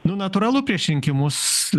nu natūralu prieš rinkimus